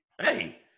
Hey